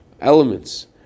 elements